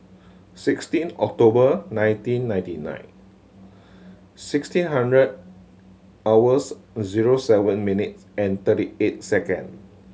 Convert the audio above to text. sixteen October nineteen ninety nine sixteen hundred hours zero seven minutes and thirty eight second